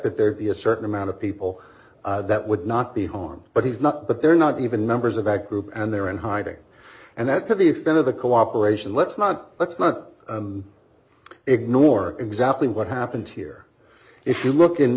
that there be a certain amount of people that would not be harmed but he's not but they're not even members of act group and they're in hiding and that to the extent of the cooperation let's not let's not ignore exactly what happened here if you look in